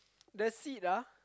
the seat ah